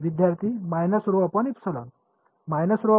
विद्यार्थीः